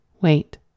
wait